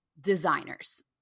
designers